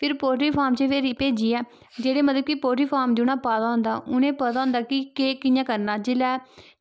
फिर poultry farm च भेजियै जेह्ड़े मतलव कि जि'नें पोल्ट्री फार्म पाए दा होंदा उ'नेंगी पता होंदा केह् कि'यां करना जिसलै